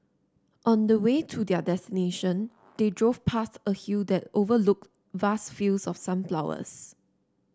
on the way to their destination they drove past a hill that overlooked vast fields of sunflowers